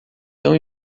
tão